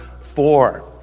four